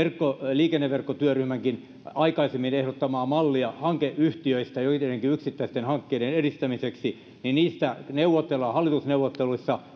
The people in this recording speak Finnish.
liikenneverkkotyöryhmänkin aikaisemmin ehdottamaa mallia hankeyhtiöistä joidenkin yksittäisten hankkeiden edistämiseksi niin niistä neuvotellaan hallitusneuvotteluissa